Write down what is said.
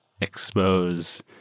expose